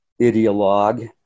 ideologue